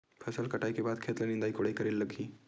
फसल कटाई के बाद खेत ल निंदाई कोडाई करेला लगही?